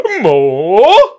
More